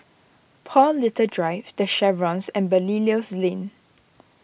Paul Little Drive the Chevrons and Belilios Lane